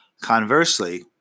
Conversely